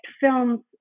films